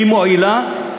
ממועילה,